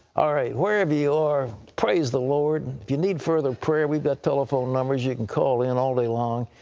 alright, wherever you are, praise the lord! if you need further prayer, we've got telephone numbers. you can call in all day long.